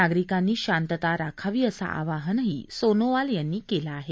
नागरिकांनी शांतता राखावी असं आवाहनही सोनोवाल यांनी केलं आहे